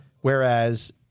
Whereas